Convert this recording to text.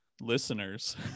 listeners